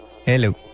Hello